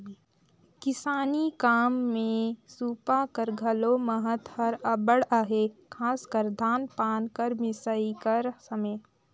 किसानी काम मे सूपा कर घलो महत हर अब्बड़ अहे, खासकर धान पान कर मिसई कर समे